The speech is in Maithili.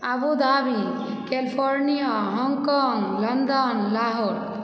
Abu Dhabi California Hong Kong London Lahore